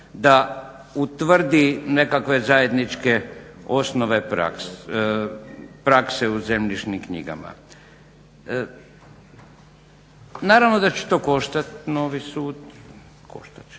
da utvrdi nekakve zajedničke osnove prakse u zemljišnim knjigama. Naravno da će to koštati novi sud,